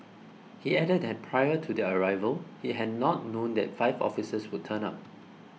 he added that prior to their arrival he had not known that five officers would turn up